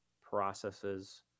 processes